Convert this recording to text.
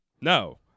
No